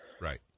Right